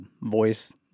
voice